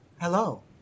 Hello